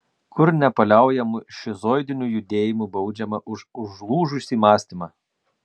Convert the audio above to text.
kur nepaliaujamu šizoidiniu judėjimu baudžiama už užlūžusį mąstymą